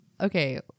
Okay